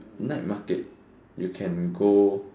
night market you can go